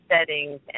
settings